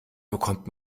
bekommt